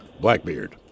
Blackbeard